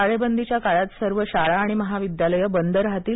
टाळेबंदीच्या काळात सर्व शाळा आणि महाविद्यालयं बंद राहतील